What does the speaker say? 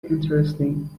interesting